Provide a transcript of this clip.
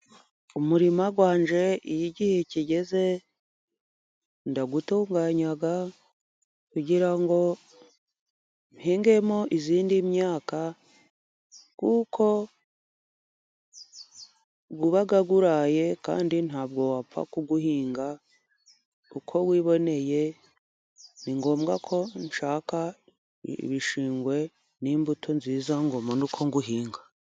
Umurima wanjye iyo igihe kigeze ndawutunganya, kugira ngo mpingemo indi myaka kuko uba uraye, kandi ntabwo wapfa kuwuhinga uko wiboneye, ni ngombwa ko nshaka ibishingwe n'imbuto nziza ngo mbone uko nwuhinga.